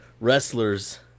wrestlers